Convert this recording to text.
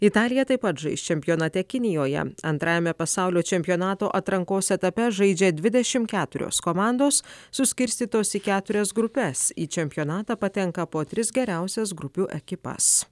italija taip pat žais čempionate kinijoje antrajame pasaulio čempionato atrankos etape žaidžia dvidešimt keturios komandos suskirstytos į keturias grupes į čempionatą patenka po tris geriausias grupių ekipas